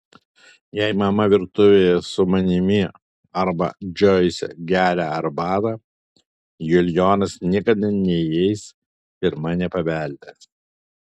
jei mama virtuvėje su manimi arba džoise geria arbatą julijonas niekada neįeis pirma nepabeldęs